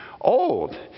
old